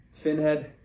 Finhead